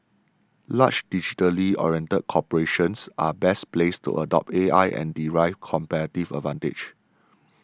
large digitally oriented corporations are best placed to adopt AI and derive competitive advantage